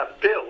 bill